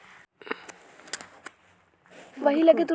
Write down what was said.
मुझे कार लेनी है मैं इसके लिए कैसे आवेदन कर सकता हूँ?